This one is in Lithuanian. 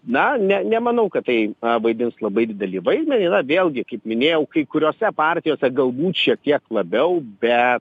na ne nemanau kad tai vaidins labai didelį vaidmenį na vėlgi kaip minėjau kai kuriose partijose galbūt šiek tiek labiau be